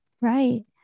Right